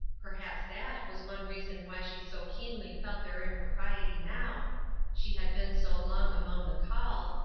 perhaps that was one reason why she so keenly felt their impropriety now she had been so long among the called,